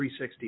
360